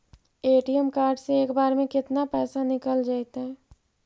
ATM card से एक बार में केतना पैसा निकल जइतै?